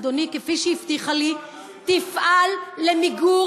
אדוני, כפי שהבטיחה לי, תפעל למיגור